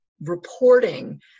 reporting